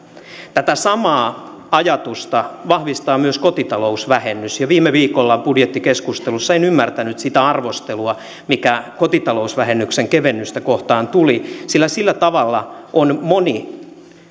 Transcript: tätä samaa ajatusta vahvistaa myös kotitalousvähennys jo viime viikolla budjettikeskustelussa en ymmärtänyt sitä arvostelua mikä kotitalousvähennyksen kevennystä kohtaan tuli sillä sillä tavalla on moni